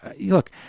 look